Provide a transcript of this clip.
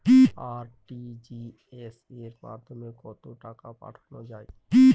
RTGS এর মাধ্যমে কত টাকা পাঠানো যায়?